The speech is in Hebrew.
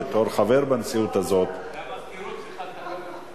בתור חבר בנשיאות הזאת --- המזכירות צריכה לטפל בזה.